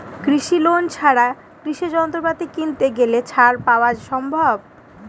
কৃষি লোন ছাড়া কৃষি যন্ত্রপাতি কিনতে গেলে ছাড় পাওয়া সম্ভব?